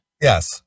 Yes